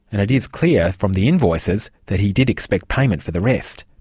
and it is clear from the invoices that he did expect payment for the rest.